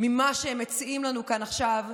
ממה שמציעים לנו כאן, עכשיו,